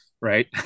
right